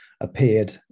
appeared